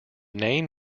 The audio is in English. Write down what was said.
name